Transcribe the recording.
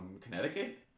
Connecticut